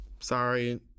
sorry